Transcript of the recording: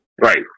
Right